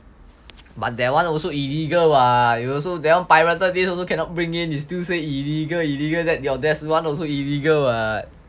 but that one also illegal [what] you also that one pirated disc also cannot bring in still say illegal illegal that your that one also illegal [what]